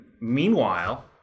meanwhile